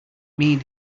mean